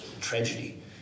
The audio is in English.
tragedy